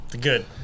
good